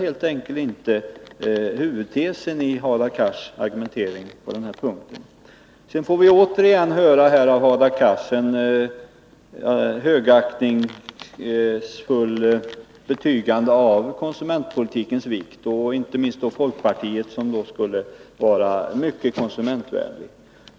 Så huvudtesen i Hadar Cars argumentering på den här punkten stämmer inte. Sedan får vi återigen av Hadar Cars höra ett högaktningsfullt betygande av konsumentpolitikens vikt. Inte minst skulle folkpartiet vara mycket konsumentvänligt.